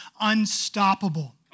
Unstoppable